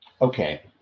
Okay